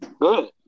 good